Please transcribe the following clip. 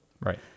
Right